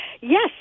Yes